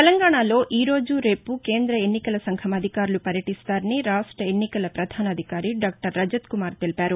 తెలంగాణలో ఈరోజు రేపు కేంద్ర ఎన్నికల సంఘం అధికారులు పర్యటిస్తారని రాష్ట ఎన్నికల ప్రధాన అధికారి డాక్టర్ రజత్ కుమార్ తెలిపారు